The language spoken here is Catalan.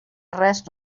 res